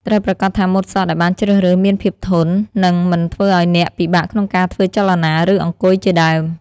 ត្រូវប្រាកដថាម៉ូតសក់ដែលបានជ្រើសរើសមានភាពធន និងមិនធ្វើឱ្យអ្នកពិបាកក្នុងការធ្វើចលនា ឬអង្គុយជាដើម ។